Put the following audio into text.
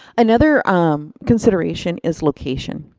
another consideration is location.